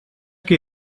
què